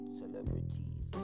celebrities